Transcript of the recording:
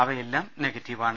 അവയെല്ലാം നെഗറ്റീവാണ്